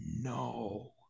no